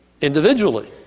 individually